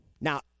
now